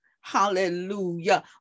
hallelujah